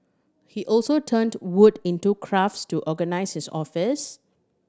he also turned wood into crafts to organise his office